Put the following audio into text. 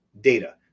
data